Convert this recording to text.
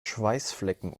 schweißflecken